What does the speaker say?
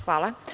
Hvala.